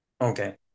Okay